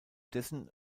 dessen